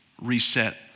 reset